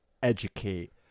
educate